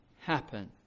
happen